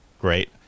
great